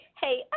Hey